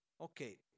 Okay